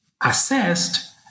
Assessed